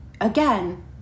again